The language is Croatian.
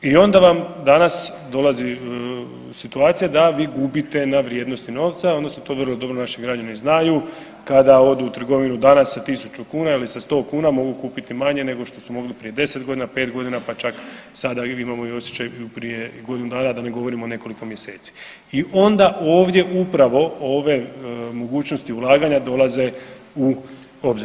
I onda vam danas dolazi situacija da vi gubite na vrijednosti novca odnosno to vrlo dobro naši građani znaju kada odu u trgovinu danas sa tisuću kuna ili sa sto kuna mogu kupiti manje nego što su mogli prije deset godina, pet godina pa čak sada imamo osjećaj i prije godinu dana da ne govorimo o nekoliko mjeseci i onda ovdje upravo ove mogućnosti ulaganja dolaze u obzir.